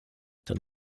dann